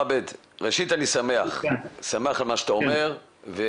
עבד, אני שמח על מה שאתה אומר.